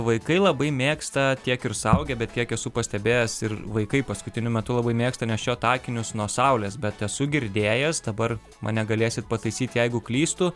vaikai labai mėgsta tiek ir suaugę bet kiek esu pastebėjęs ir vaikai paskutiniu metu labai mėgsta nešiot akinius nuo saulės bet esu girdėjęs dabar mane galėsit pataisyt jeigu klystu